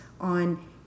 on